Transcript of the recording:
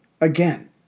again